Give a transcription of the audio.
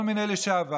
כל מיני לשעברים,